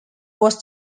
was